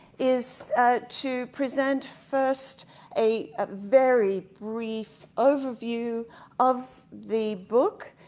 is to present first a ah very brief overview of the book,